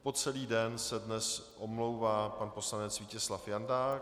Po celý den se dnes omlouvá pan poslanec Vítězslav Jandák.